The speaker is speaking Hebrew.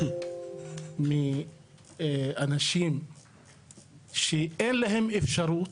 מאנשים שאין להם אפשרות.